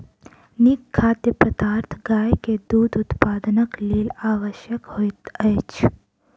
नीक खाद्य पदार्थ गाय के दूध उत्पादनक लेल आवश्यक होइत अछि